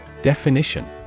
Definition